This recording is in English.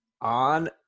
on